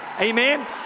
amen